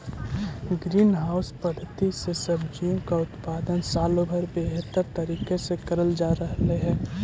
green house पद्धति से सब्जियों का उत्पादन सालों भर बेहतर तरीके से करल जा रहलई हे